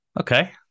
okay